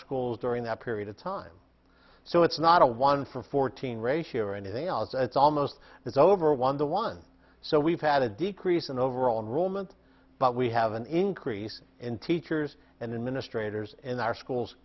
schools during that period of time so it's not a one for fourteen re here or anything else it's almost it's over one the one so we've had a decrease in overall enrollment but we have an increase in teachers and administrators in our schools